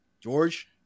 George